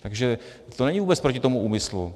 Takže to není vůbec proti tomu úmyslu.